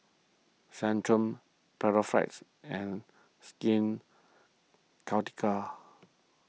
Centrum Panaflex and Skin Ceuticals